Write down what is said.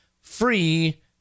free